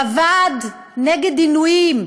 בוועד נגד עינויים,